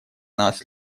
нас